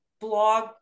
blog